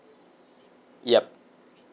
yup